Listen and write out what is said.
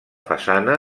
façana